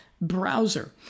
browser